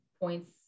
points